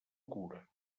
cura